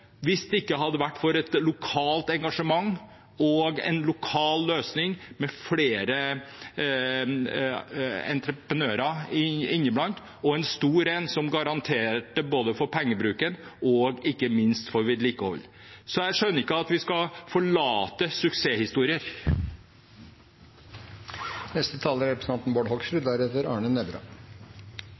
ikke hadde vært for et lokalt engasjement og en lokal løsning med flere entreprenører, og en stor en som garanterte for pengebruken og ikke minst for vedlikehold. Jeg skjønner ikke at vi skal forlate suksesshistorier. Jeg og Fremskrittspartiet mener at det er